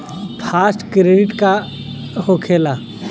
Fast credit का होखेला?